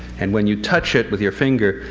and when you touch it with your finger,